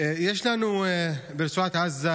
יש לנו חטופים ברצועת עזה,